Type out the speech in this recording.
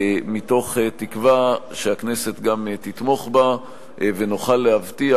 מתוך תקווה שגם הכנסת תתמוך בה ונוכל להבטיח